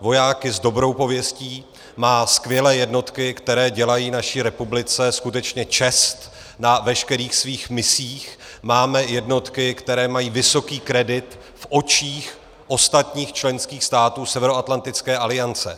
Vojáky s dobrou pověstí, má skvělé jednotky, které dělají naší republice skutečně čest na veškerých svých misích, máme jednotky, které mají vysoký kredit v očích ostatních členských států Severoatlantické aliance.